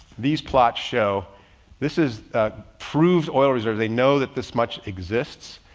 these plots show this is proven oil reserves. they know that this much exists.